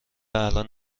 الان